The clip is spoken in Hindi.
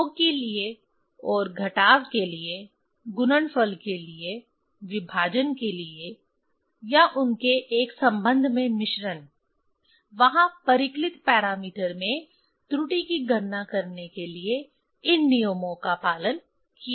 योग के लिए और घटाव के लिए गुणनफल के लिए विभाजन के लिए या उनके एक संबंध में मिश्रण वहाँ परिकलित पैरामीटर में त्रुटि की गणना करने के लिए इन नियमों का पालन किया जाएगा